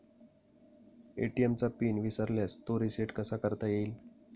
ATM चा PIN विसरल्यास तो रिसेट कसा करता येईल?